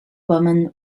woman